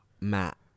Matt